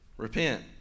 Repent